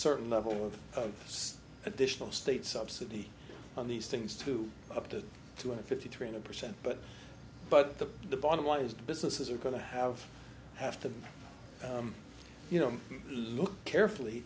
certain level of additional state subsidy on these things to up to two hundred fifty three and a percent but but the the bottom line is that businesses are going to have have to you know look carefully